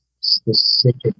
specific